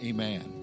Amen